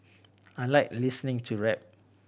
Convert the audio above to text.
I like listening to rap